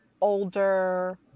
older